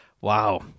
wow